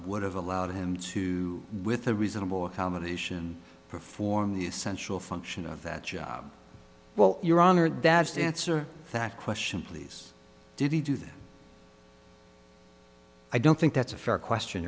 have allowed him to with a reasonable accommodation and perform the essential function of that job well your honor that's to answer that question please did he do that i don't think that's a fair question